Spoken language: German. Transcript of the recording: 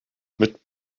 mit